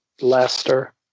Leicester